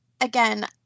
again